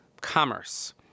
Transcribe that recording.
commerce